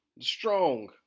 strong